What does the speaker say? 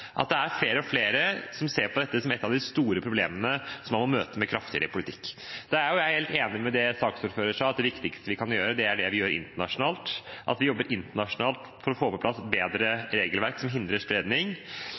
at det er flere og flere som ser på dette som et av de store problemene som man må møte med kraftigere politikk. Jeg er helt enig i det saksordføreren sa – at det viktigste er det vi gjør internasjonalt, at vi jobber internasjonalt for å få på plass bedre regelverk for å hindre spredning.